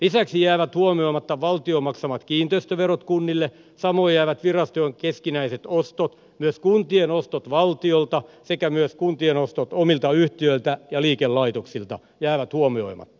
lisäksi jäävät huomioimatta valtion maksamat kiinteistöverot kunnille samoin jäävät virastojen keskinäiset ostot ja myös kuntien ostot valtiolta sekä kuntien ostot omilta yhtiöiltä ja liikelaitoksilta jäävät huomioimatta